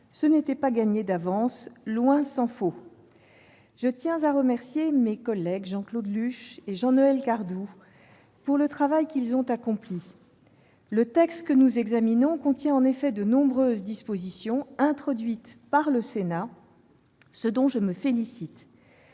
n'était pas gagné d'avance, tant s'en faut. Je tiens à remercier mes collègues Jean-Claude Luche et Jean-Noël Cardoux pour le travail qu'ils ont accompli. Le texte que nous examinons contient en effet de nombreuses dispositions introduites par le Sénat, ce dont je me félicite.